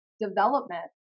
development